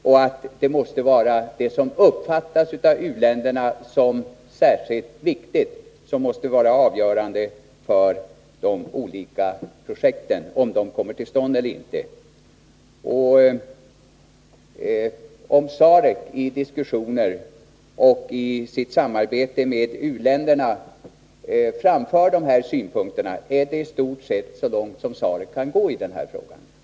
Vad som i u-länderna uppfattas som särskilt viktigt måste vara avgörande för om de olika projekten skall komma till stånd eller inte. Om SAREC i diskussioner och i sitt samarbete med u-länderna framför sina synpunkter, så är det i stort sett så långt som SAREC kan gå i den här frågan.